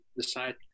decide